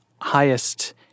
highest